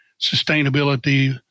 sustainability